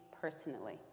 personally